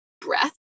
breath